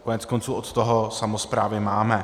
Koneckonců od toho samosprávy máme.